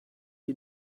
you